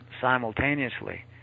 simultaneously